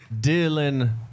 Dylan